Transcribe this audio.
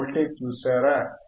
మీరు వోల్టేజ్ చూశారా